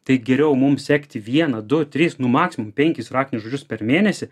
tai geriau mums sekti vieną du tris nu maksimum penkis raktinius žodžius per mėnesį